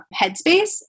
headspace